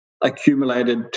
accumulated